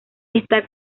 está